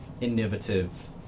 innovative